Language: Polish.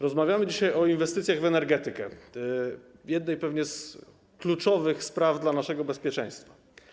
Rozmawiamy dzisiaj o inwestycjach w energetykę, pewnie jednej z kluczowych spraw dla naszego bezpieczeństwa.